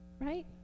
Right